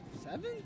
Seven